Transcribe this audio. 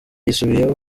yisubiyeho